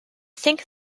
think